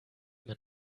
man